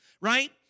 right